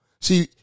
See